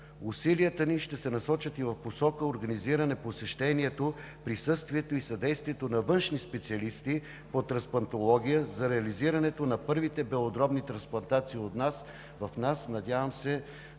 Усилията ни ще се насочат и в посока организиране на посещението, присъствието и съдействието на външни специалисти по трансплантология за реализирането на първите белодробни трансплантации у нас.